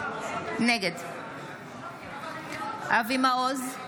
נגד אבי מעוז,